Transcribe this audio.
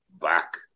back